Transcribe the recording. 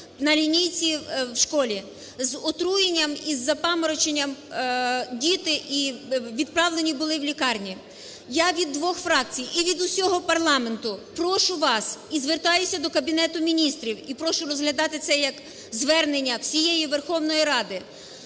на лінійці в школі. З отруєнням і з запамороченням діти відправлені були в лікарні. Я від двох фракцій і від усього парламенту, прошу вас, і звертаюся до Кабінету Міністрів, і прошу розглядати це як звернення всієї Верховної Ради,